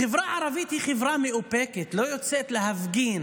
החברה הערבית היא חברה מאופקת, לא יוצאת להפגין.